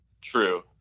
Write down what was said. True